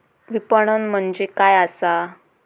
विपणन म्हणजे काय असा?